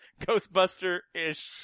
Ghostbuster-ish